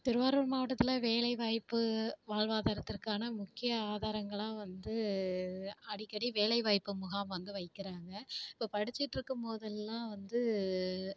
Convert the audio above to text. திருவாரூர் மாவட்டத்தில் வேலைவாய்ப்பு வாழ்வாதாரத்திற்கான முக்கிய ஆதாரங்களாக வந்து அடிக்கடி வேலைவாய்ப்பு முகாம் வந்து வைக்கிறாங்க இப்போ படிச்சுட்ருக்கும் போதெல்லாம் வந்து